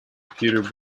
peter